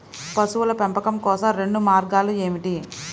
పశువుల పెంపకం కోసం రెండు మార్గాలు ఏమిటీ?